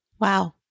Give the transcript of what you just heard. Wow